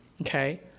okay